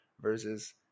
versus